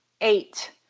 eight